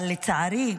אבל לצערי,